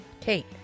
Kate